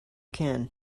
can